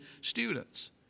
students